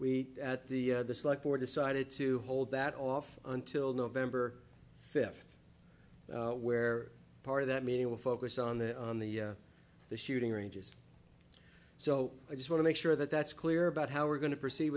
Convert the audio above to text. we at the dislike or decided to hold that off until november fifth where part of that meeting will focus on the on the the shooting ranges so i just want to make sure that that's clear about how we're going to proceed